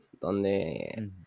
Donde